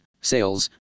sales